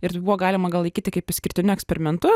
ir tai buvo galima gal laikyti kaip išskirtiniu eksperimentu